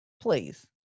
please